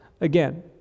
again